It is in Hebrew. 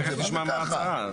תכף תשמע מה ההצעה.